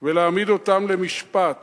ולהעמיד אותם למשפט